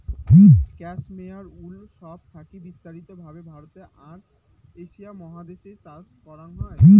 cashmere wool সব থাকি বিস্তারিত ভাবে ভারতে আর এশিয়া মহাদেশ এ চাষ করাং হই